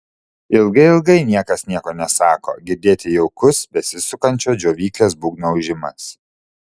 ilgai ilgai niekas nieko nesako girdėti jaukus besisukančio džiovyklės būgno ūžimas